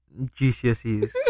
GCSEs